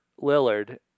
Lillard